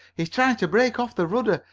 he's trying to break off the rudder!